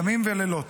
ימים ולילות.